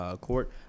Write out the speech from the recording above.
court